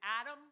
Adam